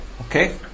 Okay